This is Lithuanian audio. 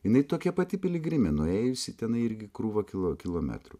jinai tokia pati piligrimė nuėjusi tenai irgi krūvą kilo kilometrų